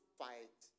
fight